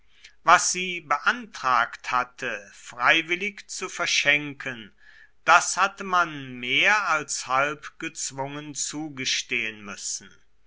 was sie beantragt hatte freiwillig zu verschenken das hatte man mehr als halb gezwungen zugestehen müssen